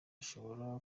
ashobora